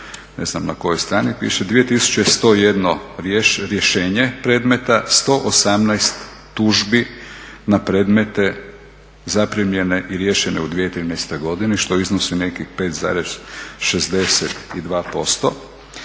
ne znam na kojoj strani piše 2101 rješenje predmeta, 118 tužbi na predmete zaprimljene i riješene u 2013. godini što iznosi nekih 5,62%.